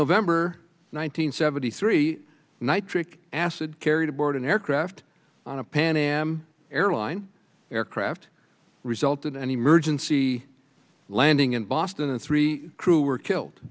hundred seventy three nitric acid carried aboard an aircraft on a pan am airline aircraft result in an emergency landing in boston and three crew were killed